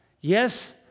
yes